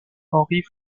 henry